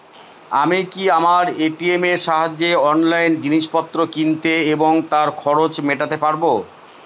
আমি কি আমার এ.টি.এম এর সাহায্যে অনলাইন জিনিসপত্র কিনতে এবং তার খরচ মেটাতে পারব?